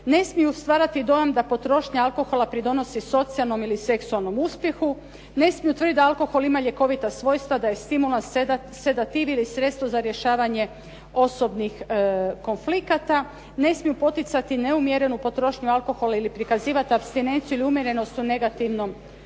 ne smiju stvarati dojam da potrošnja alkohola pridonosi socijalnom ili seksualnom uspjehu, ne smiju tvrditi da alkohol ima ljekovita svojstva, da je stimulans, sedativ ili sredstvo za rješavanje osobnih konflikata. Ne smiju poticati neumjerenu potrošnju alkohola ili prikazivati apstinenciju ili umjerenost u negativnom smislu